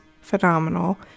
phenomenal